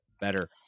better